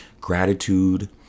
Gratitude